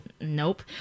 nope